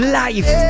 life